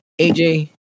AJ